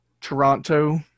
Toronto